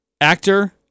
actor